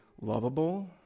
lovable